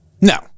No